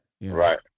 Right